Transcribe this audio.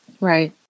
Right